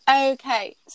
Okay